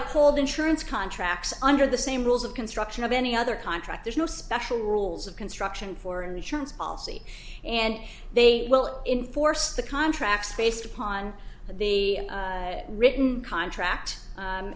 called insurance contracts under the same rules of construction of any other contract there's no special rules of construction for insurance policy and they will inforce the contracts based upon the written contract